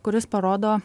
kuris parodo